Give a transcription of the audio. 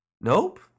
Nope